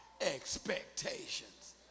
expectations